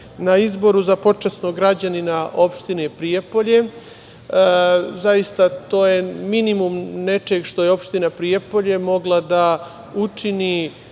na izboru za Počasnog građanina opštine Prijepolje, zaista, to je minimum što je opština Prijepolje mogla da učini